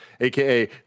aka